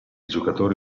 giocatore